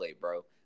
bro